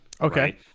okay